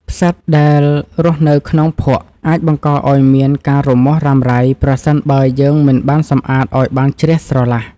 ផ្សិតដែលរស់នៅក្នុងភក់អាចបង្កឱ្យមានការរមាស់រ៉ាំរ៉ៃប្រសិនបើយើងមិនបានសម្អាតឱ្យបានជ្រះស្រឡះ។